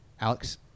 Alex